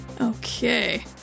Okay